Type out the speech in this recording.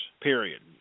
period